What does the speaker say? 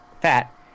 fat